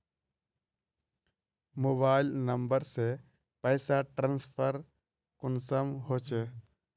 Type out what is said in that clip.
Mobile number से पैसा transfer कुंसम होचे?